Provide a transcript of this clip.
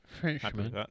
Frenchman